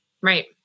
Right